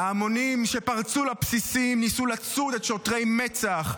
ההמונים שפרצו לבסיסים ניסו לצוד את שוטרי מצ"ח.